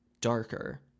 darker